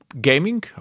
gaming